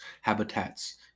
habitats